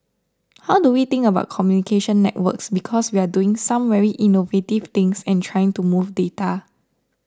how do we think about communication networks because we are doing some very innovative things and trying to move data